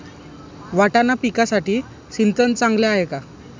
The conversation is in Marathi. वाटाणा पिकासाठी सिंचन चांगले आहे का?